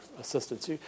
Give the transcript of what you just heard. assistance